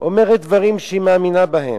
אומרת דברים שהיא מאמינה בהם.